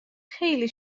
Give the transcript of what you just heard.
خیلی